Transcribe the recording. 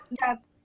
yes